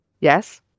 Yes